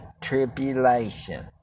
tribulation